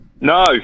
No